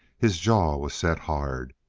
his jaw was set hard.